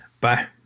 Bye